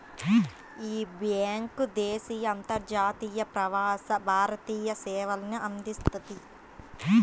యీ బ్యేంకు దేశీయ, అంతర్జాతీయ, ప్రవాస భారతీయ సేవల్ని అందిస్తది